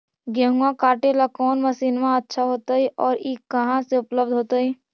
गेहुआ काटेला कौन मशीनमा अच्छा होतई और ई कहा से उपल्ब्ध होतई?